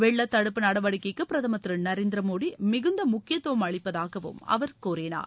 வெள்ளத் தடுப்பு நடவடிக்கைக்கு பிரதமா் திரு நரேந்திர மோடி மிகுந்த முக்கியத்துவம் அளிப்பதாகவும் அவர் கூறினார்